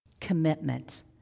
commitment